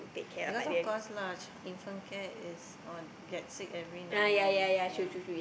because of course lah infant care is on get sick every now and then